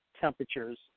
temperatures